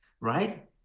right